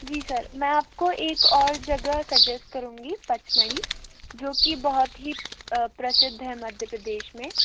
जी sir मैं आप को एक और जगह सजेस करूँगी पचमणी जो कि बहुत ही प्रसिद्ध है मध्य प्रदेश में